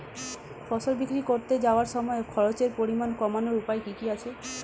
ফসল বিক্রি করতে যাওয়ার সময় খরচের পরিমাণ কমানোর উপায় কি কি আছে?